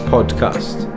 Podcast